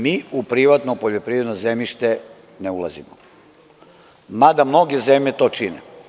Mi u privatno poljoprivredno zemljište ne ulazimo, mada mnoge zemlje to čine.